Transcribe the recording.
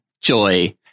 Joy